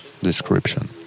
description